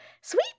Sweet